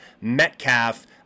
Metcalf